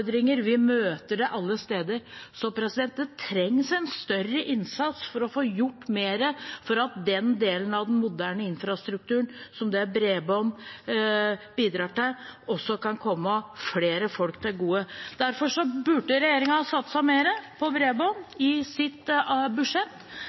vi møter det alle steder. Så det trengs en større innsats for å få gjort mer for at den delen av den moderne infrastrukturen som det bredbånd bidrar til, også kan komme flere folk til gode. Derfor burde regjeringen ha satset mer på bredbånd